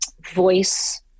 voice